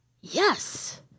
Yes